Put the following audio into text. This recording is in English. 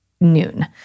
noon